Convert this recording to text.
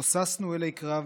לא ששנו אלי קרב,